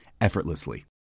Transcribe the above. effortlessly